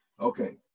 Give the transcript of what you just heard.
Okay